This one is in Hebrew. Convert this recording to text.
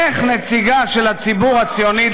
איך נציגה של הציבור הציוני הדתי,